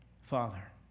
Father